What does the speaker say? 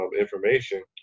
information